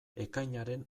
ekainaren